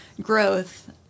growth